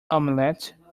omelette